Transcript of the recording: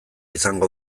izango